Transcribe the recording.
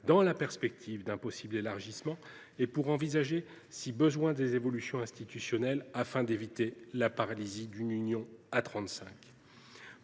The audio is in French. dans la perspective d’un possible élargissement et pour envisager, si besoin, les évolutions institutionnelles afin d’éviter la paralysie d’une Union à